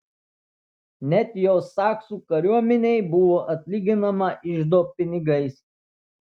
net jo saksų kariuomenei buvo atlyginama iždo pinigais